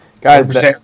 Guys